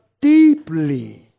deeply